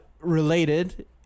related